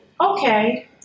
Okay